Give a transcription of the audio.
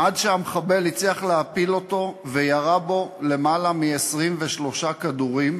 עד שהמחבל הצליח להפיל אותו וירה בו למעלה מ-23 כדורים,